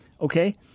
okay